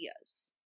ideas